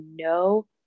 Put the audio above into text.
no